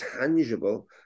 tangible